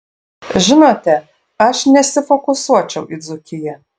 žinote aš nesifokusuočiau į dzūkiją